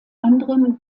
anderem